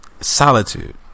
solitude